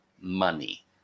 money